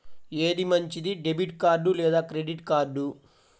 ఏది మంచిది, debit card లేదా క్రెడిట్ కార్డ్?